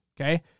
Okay